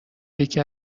یکی